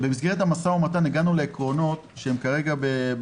במסגרת המשא ומתן הגענו לעקרונות על תוספת